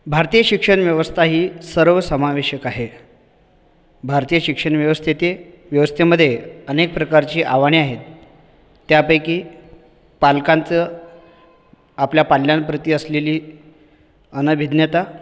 भारतीय शिक्षण व्यवस्था ही सर्वसमावेशक आहे भारतीय शिक्षण व्यवस्थेचे व्यवस्थेमध्ये अनेक प्रकारची आव्हाने आहेत त्यापैकी पालकांचं आपल्या पाल्यांप्रति असलेली अनभिज्ञता